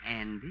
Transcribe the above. Andy